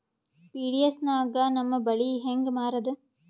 PDS ನಾಗ ನಮ್ಮ ಬ್ಯಾಳಿ ಹೆಂಗ ಮಾರದ?